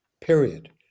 period